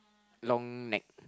long neck